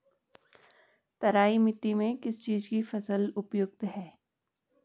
तराई मिट्टी में किस चीज़ की फसल उपयुक्त है?